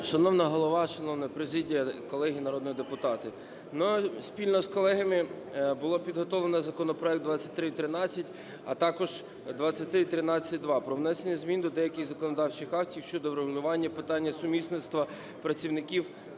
Шановний Голово, шановна президія, колеги народні депутати, спільно з колегами було підготовлено законопроект 2313, а також 2313-2 – про внесення змін до деяких законодавчих актів щодо врегулювання питання сумісництва працівників